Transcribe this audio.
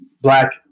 black